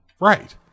Right